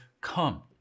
come